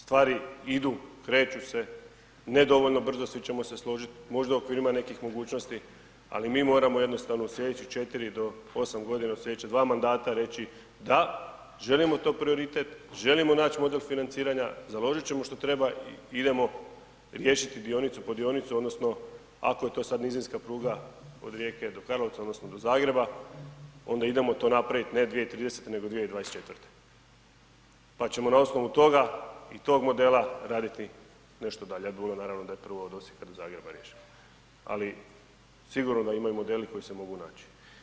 Stvari idu, kreću se, nedovoljno brzo svi ćemo se složiti, možda u okvirima nekih mogućnosti, ali mi moramo jednostavno u slijedeće 4 do 8 godina, u slijedeća 2 mandata reći da, želimo to prioritet, želimo naći model financiranja, založit ćemo što treba, idemo riješiti dionicu po dionicu odnosno ako je to sad nizinska pruga od Rijeke do Karlovca odnosno do Zagreba, onda idemo to napraviti ne 2030. nego 2024. pa ćemo na osnovu toga i tog modela raditi nešto dalje, ja bi volio naravno da je prvo od Osijeka do Zagreba riješeno ali sigurno da imaju modeli koji se mogu naći.